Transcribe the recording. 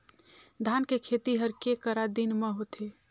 धान के खेती हर के करा दिन म होथे?